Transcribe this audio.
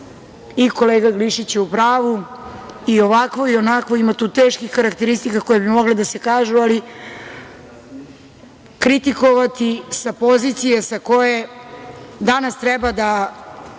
i kolega Glišić je u pravu – i ovakvo i onakvo, ima tu teških karakteristika koje bi mogle da se kažu, ali kritikovati sa pozicije sa koje danas treba da